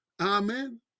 Amen